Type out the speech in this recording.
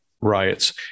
riots